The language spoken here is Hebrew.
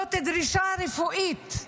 זאת דרישה רפואית,